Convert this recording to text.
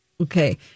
okay